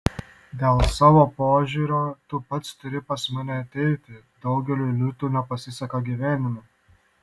dėl savo požiūrio tu pats turi pas mane ateiti daugeliui liūtų nepasiseka gyvenime